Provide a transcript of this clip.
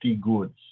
goods